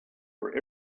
for